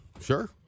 sure